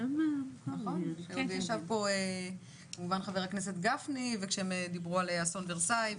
בכנסת כשישב פה חבר הכנסת גפני והם דיברו על אסון ורסאי.